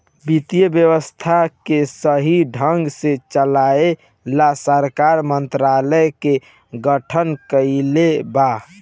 वित्त व्यवस्था के सही ढंग से चलाये ला सरकार मंत्रालय के गठन कइले बा